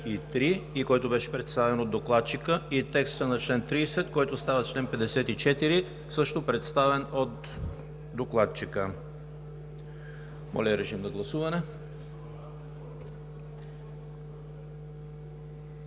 53 и който беше представен от докладчика, и текста на чл. 30, който става чл. 54, също представен от докладчика. Гласували